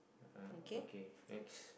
uh okay next